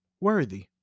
worthy